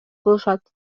кылышат